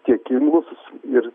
tiek imlūs ir